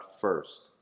first